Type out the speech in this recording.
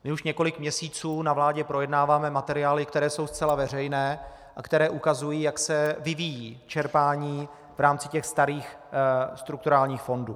My už několik měsíců na vládě projednáváme materiály, které jsou zcela veřejné a které ukazují, jak se vyvíjí čerpání v rámci starých strukturálních fondů.